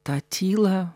tą tylą